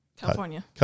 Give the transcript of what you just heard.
California